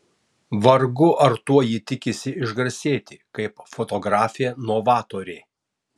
vargu ar tuo ji tikisi išgarsėti kaip fotografė novatorė